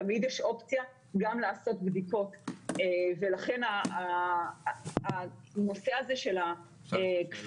תמיד יש אופציה גם לעשות בדיקות ולכן הנושא הזה של הכפייה,